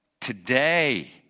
today